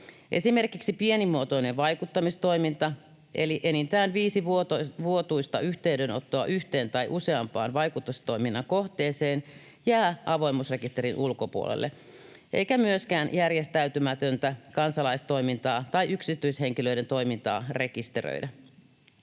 Esimerkiksi pienimuotoinen vaikuttamistoiminta, eli enintään viisi vuotuista yhteydenottoa yhteen tai useampaan vaikutustoiminnan kohteeseen, jää avoimuusrekisterin ulkopuolelle, eikä myöskään järjestäytymätöntä kansalaistoimintaa tai yksityishenkilöiden toimintaa rekisteröidä.